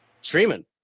Streaming